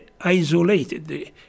isolated